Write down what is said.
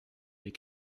des